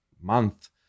month